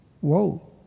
Whoa